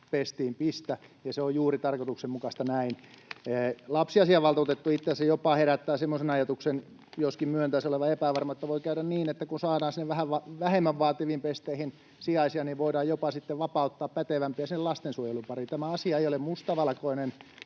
pestiin pistä, ja se on juuri tarkoituksenmukaista näin. Lapsiasiavaltuutettu itse asiassa jopa herättää semmoisen ajatuksen, joskin myöntää sen olevan epävarmaa, että voi käydä niin, että kun saadaan sinne vähän vähemmän vaativiin pesteihin sijaisia, niin voidaan jopa sitten vapauttaa pätevämpiä sinne lastensuojelun pariin. Tämä asia ei ole mustavalkoinen,